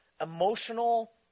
emotional